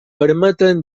permeten